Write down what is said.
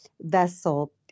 vessel